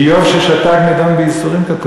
איוב ששתק נידון בייסורין, כתוב, לא?